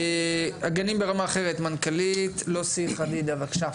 הגנים ברמה אחרת, מנכ"לית לוסי חדידה, בבקשה.